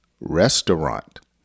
restaurant